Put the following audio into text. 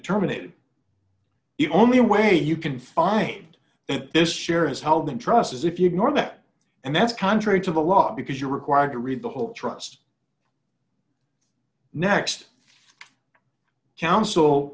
terminated it only way you can find that this share is held in trust as if you ignore that and that's contrary to the law because you are required to read the whole trust next counsel